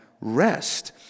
rest